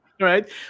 Right